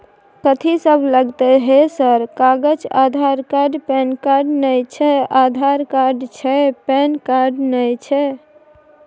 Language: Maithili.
कथि सब लगतै है सर कागज आधार कार्ड पैन कार्ड नए छै आधार कार्ड छै पैन कार्ड ना छै?